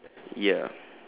ya